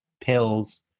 pills